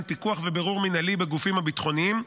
פיקוח ובירור מינהלי בגופים הביטחוניים,